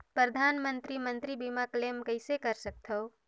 परधानमंतरी मंतरी बीमा क्लेम कइसे कर सकथव?